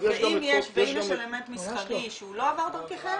יש גם --- באם יש אלמנט מסחרי שהוא לא עבר דרככם,